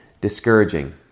discouraging